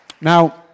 Now